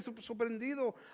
sorprendido